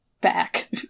back